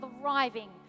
thriving